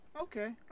okay